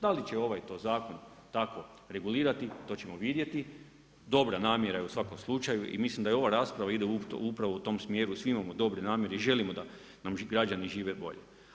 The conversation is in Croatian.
Da li će ovaj to zakon tako regulirati, to ćemo vidjeti, dobra namjera je u svakom slučaju i mislim da ova rasprava ide upravo u tom smjeru, svi imamo dobre namjere i želimo da nam građani žive bolje.